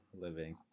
living